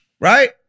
right